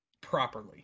properly